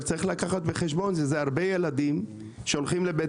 צריך לקחת בחשבון שמדובר בילדים שהולכים לבית